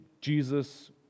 Jesus